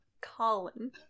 Colin